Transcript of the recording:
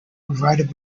provided